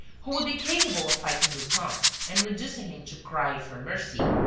who would be capable of fighting lupin and reducing him to cry for mercy.